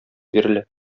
бирелә